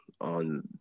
on